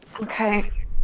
Okay